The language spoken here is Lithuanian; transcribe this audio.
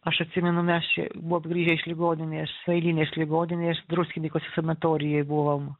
aš atsimenu mes čia buvom grįžę iš ligoninės ailinės ligoninės druskinykuose sanatorijoj buvom